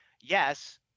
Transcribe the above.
Yes